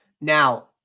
Now